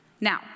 Now